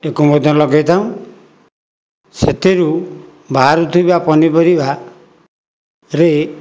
ଏକୁ ମଧ୍ୟ ଲଗାଇଥାଉ ସେଥିରୁ ବାହାରୁ ଥିବା ପନିପରିବାରେ